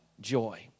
joy